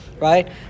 Right